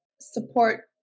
support